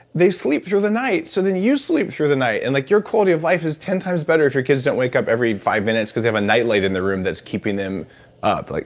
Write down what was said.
they sleep through the night, so then you sleep through the night. and like your quality of life is ten times better if your kids don't wake up every five minutes, because they have a nightlight in their room that's keeping them up. like